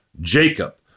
Jacob